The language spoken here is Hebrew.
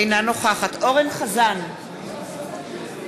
אינה נוכחת אורן אסף חזן,